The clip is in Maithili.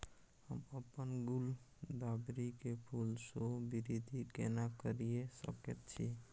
हम अपन गुलदाबरी के फूल सो वृद्धि केना करिये सकेत छी?